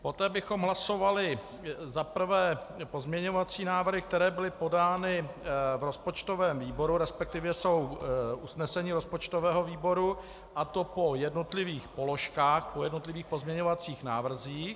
Poté bychom hlasovali za prvé pozměňovací návrhy, které byly podány v rozpočtovém výboru, respektive jsou usnesením rozpočtového výboru, a to po jednotlivých položkách, po jednotlivých pozměňovacích návrzích.